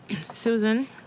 Susan